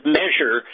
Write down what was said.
measure